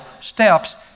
steps